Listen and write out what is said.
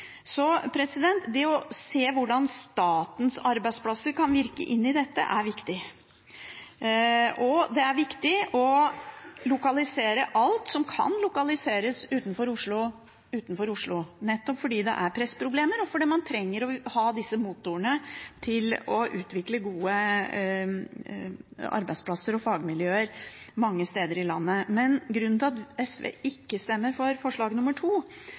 Så å se hvordan statens arbeidsplasser kan virke inn i dette, er viktig. Og det er viktig å lokalisere alt som kan lokaliseres utenfor Oslo utenfor Oslo, nettopp fordi det er pressproblemer, og fordi man trenger å ha disse motorene til å utvikle gode arbeidsplasser og fagmiljøer mange steder i landet. Men grunnen til at SV ikke stemmer for forslag